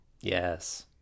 yes